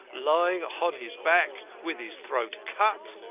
lying on his back with his throat cut.